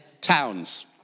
towns